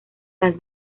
las